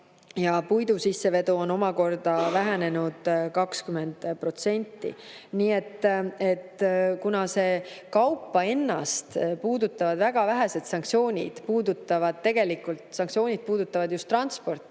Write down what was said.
puidu sissevedu on vähenenud 20%. Kaupa ennast puudutavad väga vähesed sanktsioonid, tegelikult sanktsioonid puudutavad transporti